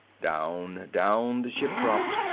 down, down the ship dropped.